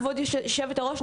כבוד יושבת הראש,